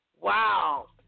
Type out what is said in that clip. Wow